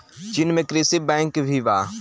चीन में कृषि बैंक भी बा